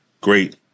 great